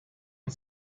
und